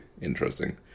interesting